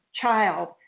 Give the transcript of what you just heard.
child